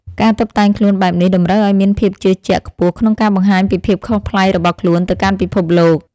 ការតុបតែងខ្លួនបែបនេះតម្រូវឱ្យមានភាពជឿជាក់ខ្ពស់ក្នុងការបង្ហាញពីភាពខុសប្លែករបស់ខ្លួនទៅកាន់ពិភពលោក។